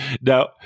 now